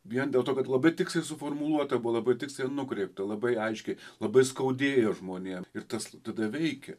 vien dėl to kad labai tiksliai suformuluota buvo labai tiksliai nukreipta labai aiškiai labai skaudėjo žmonėm ir tas tada veikė